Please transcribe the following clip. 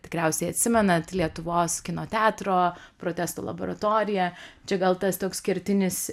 tikriausiai atsimenat lietuvos kino teatro protestų laboratoriją čia gal tas toks kertinis